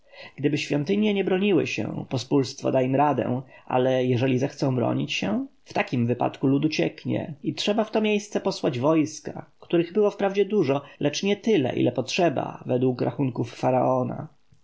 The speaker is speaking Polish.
gdyby świątynie nie broniły się pospólstwo da im radę ale jeżeli zechcą bronić się w takim wypadku lud ucieknie i trzeba w to miejsce posłać wojska których było wprawdzie dużo lecz nie tyle ile potrzeba według rachunków faraona